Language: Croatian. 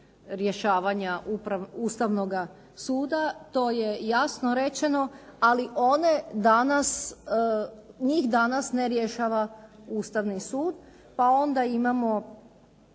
rješavanja Ustavnoga suda, to je jasno rečeno ali one danas, njih danas ne rješava Ustavni sud. Pa onda imamo